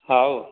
ହଉ